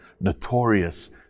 notorious